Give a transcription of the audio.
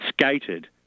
skated